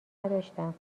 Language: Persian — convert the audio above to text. نداشتم